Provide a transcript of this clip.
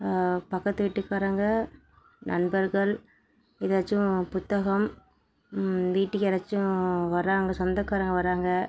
பக்கத்து வீட்டுக்காரங்க நண்பர்கள் எதாச்சும் புத்தகம் வீட்டுக்கு யாராச்சும் வராங்க சொந்தக்காரங்க வராங்க